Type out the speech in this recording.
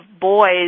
boys